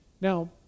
Now